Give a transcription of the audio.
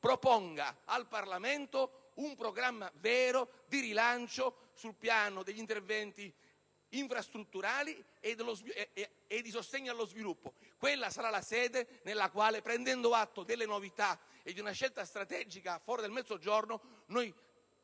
proponga al Parlamento un programma vero di rilancio sul piano degli interventi infrastrutturali e di sostegno allo sviluppo. Quella sarà la sede nella quale prenderemo atto delle novità e di una scelta strategica a favore del Mezzogiorno,